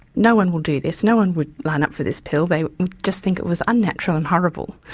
no-one will do this, no-one would line up for this pill, they'd just think it was unnatural and horrible.